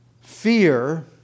fear